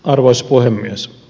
arvoisa puhemies